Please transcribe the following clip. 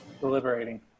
deliberating